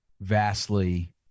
vastly